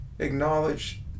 Acknowledge